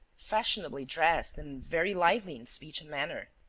fashionably dressed and very lively in speech and manner.